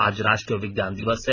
आज राष्ट्रीय विज्ञान दिवस है